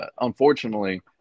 unfortunately